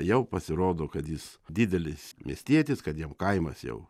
jau pasirodo kad jis didelis miestietis kad jam kaimas jau